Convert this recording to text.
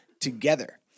together